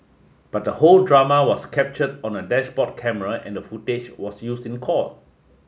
but the whole drama was captured on a dashboard camera and the footage was used in court